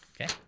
Okay